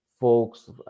folks